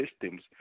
systems